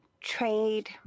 trade